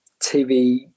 TV